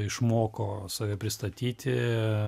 išmoko save pristatyti